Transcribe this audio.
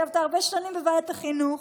ישבת הרבה שנים בוועדת החינוך.